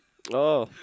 oh